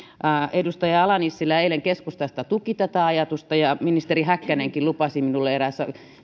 edustaja ala nissilä eilen keskustasta tuki tätä ajatusta ja ministeri häkkänenkin lupasi minulle eräässä